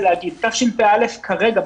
תשפ"א כרגע,